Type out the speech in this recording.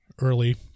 early